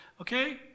Okay